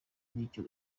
n’icyo